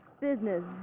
Business